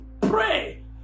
Pray